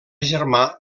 germà